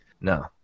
no